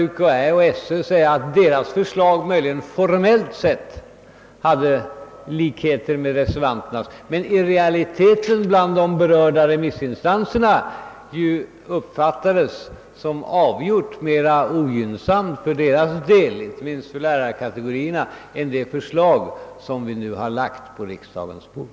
UKÄ:s och Sö:s förslag hade möjligen formellt sett vissa likheter med reservanternas, men de uppfattades i realiteten bland de berörda remissinstanserna som avgjort mera ogynnsamt för deras del, inte minst för lärarkategorierna, än det förslag som vi nu har lagt på riksdagens bord.